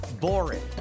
boring